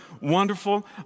wonderful